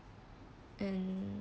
and